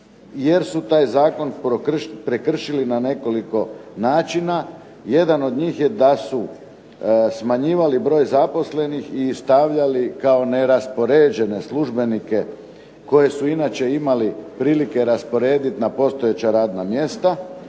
jer su taj zakon prekršili na nekoliko načina. Jedan od njih je da su smanjivali broj zaposlenih i stavljali ih kao neraspoređene službenike koji su inače imali prilike rasporedit na postojeća radna mjesta,